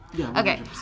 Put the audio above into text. Okay